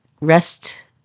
rest